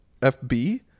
fb